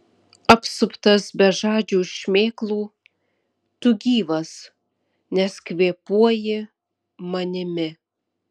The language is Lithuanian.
apsuptas bežadžių šmėklų tu gyvas nes kvėpuoji manimi